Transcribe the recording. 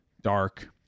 dark